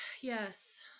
yes